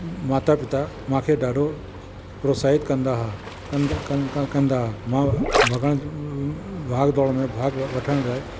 माता पिता मूंखे ॾाढो प्रोत्साहित कंदा हुआ कं कंद कंदा हुआ मां भॻण भाग दौड़ में भाग वठण लाइ